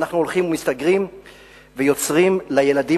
ואנחנו הולכים ומסתגרים ויוצרים לילדים